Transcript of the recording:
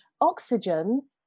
Oxygen